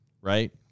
right